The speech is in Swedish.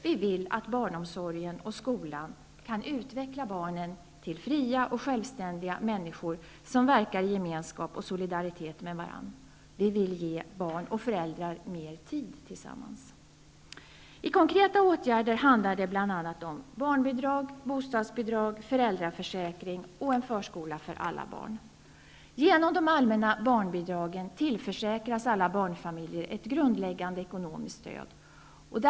Vi vill att barnomsorgen och skolan skall kunna utveckla barnen till fria och självständiga människor, som verkar i gemenskap och solidaritet med varandra. Vi vill ge barn och föräldrar mer tid tillsammans. I konkreta åtgärder handlar det bl.a. om barnbidrag, bostadsbidrag, föräldraförsäkring och förskola för alla barn. Genom de allmänna barnbidragen tillförsäkras alla barnfamiljer ett grundläggande ekonomiskt stöd.